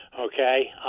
okay